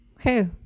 Okay